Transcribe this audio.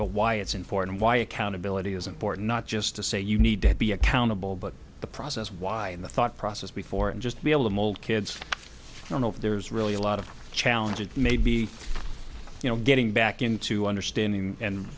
but why it's in for and why accountability is important not just to say you need to be accountable but the process why and the thought process before and just be able to mold kids i don't know if there's really a lot of challenges maybe you know getting back into understanding and